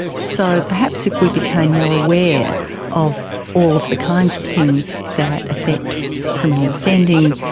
so perhaps if we became more aware of all of the kinds of things that affect criminal offending,